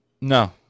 No